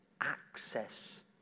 Access